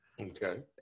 Okay